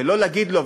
ולא להגיד לו,